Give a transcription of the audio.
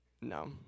No